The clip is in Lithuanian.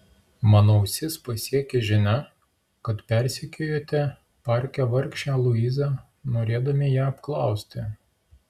mano ausis pasiekė žinia kad persekiojote parke vargšę luizą norėdami ją apklausti